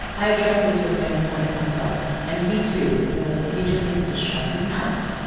i addressed this with him when it comes up and he too knows that he just needs to shut his mouth.